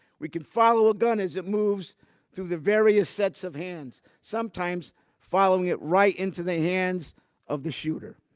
we can follow a gun as it moves through the various sets of hands, sometimes following it right into the hands of the shooter,